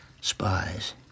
Spies